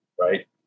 right